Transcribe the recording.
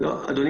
אדוני